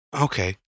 Okay